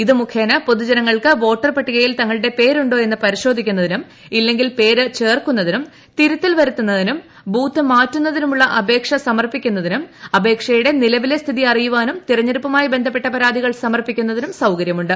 ഇത് മുഖേന പൊതുജനങ്ങൾക്ക് വോട്ടർപട്ടികയിൽ തങ്ങളുടെ പേര് ഉണ്ടോ എന്ന് പരിശോധിക്കുന്നതിനും ഇല്ലെങ്കിൽ പേര് ചേർക്കുന്നതിനും തിരുത്തൽ വരുത്തുന്നതിനും ബൂത്ത് മാറ്റുന്നതിനുമുള്ള അപേക്ഷ സമർപ്പിക്കുന്നതിനും അപേക്ഷയുടെ നിലവിലെ സ്ഥിതി അറിയുവാനും തെരഞ്ഞെടുപ്പുമായി ബന്ധപ്പെട്ട പരാതികൾ സമർപ്പിക്കുന്നതിനും സൌകര്യമുണ്ട്